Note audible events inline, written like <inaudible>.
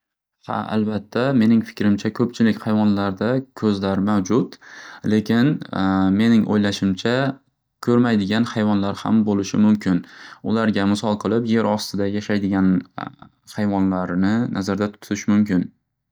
Ha albatta mening fikrimcha ko'pchilik hayvonlarda ko'zlar mavjud, lekin <hesitation> mening o'ylashimcha ko'rmaydigan hayvonlar ham bo'lishi mumkin. Ularga misol qilib yer ostida yashaydigan <hesitation> hayvonlarni nazarda tutish mumkin.